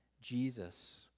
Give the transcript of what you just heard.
Jesus